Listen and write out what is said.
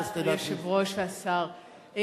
אדוני היושב-ראש והשר,